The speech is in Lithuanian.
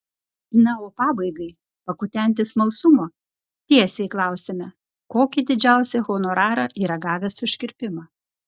na o pabaigai pakutenti smalsumo tiesiai klausiame kokį didžiausią honorarą yra gavęs už kirpimą